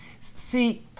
see